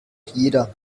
jeder